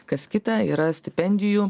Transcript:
kas kita yra stipendijų